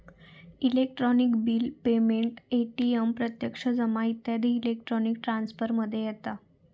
electronic bill payment, ATM प्रत्यक्ष जमा इत्यादी इलेक्ट्रॉनिक ट्रांसफर मध्ये येता